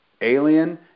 Alien